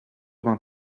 vingt